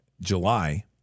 July